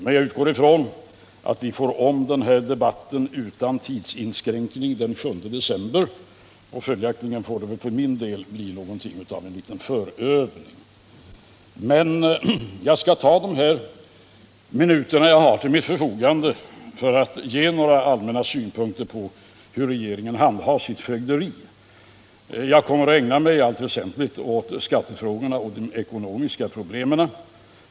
Jag utgår emellertid ifrån att vi får ta om den här debatten utan tidsinskränkning den 7 december, och följaktligen får detta för min del bli någonting av en liten förövning. Men jag skall ta de här minuterna som jag har till mitt förfogande för att ge några allmänna synpunkter på hur regeringen handhar sitt fögderi. Jag kommer i allt väsentligt att ägna mig åt skattefrågorna och de ekonomiska problemen.